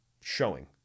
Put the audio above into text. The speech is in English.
showing